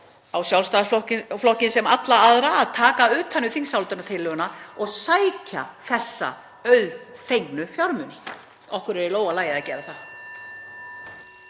á Sjálfstæðisflokkinn sem og alla aðra að taka utan um þingsályktunartillöguna og sækja þessa auðfengnu fjármuni. Okkur er í lófa lagið að gera það.